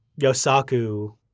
Yosaku